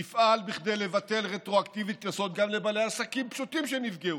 נפעל בכדי לבטל רטרואקטיבית קנסות גם לבעלי עסקים פשוטים שנפגעו,